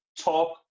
talk